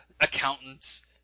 accountants